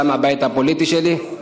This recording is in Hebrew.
שם הבית הפוליטי שלי,